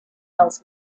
else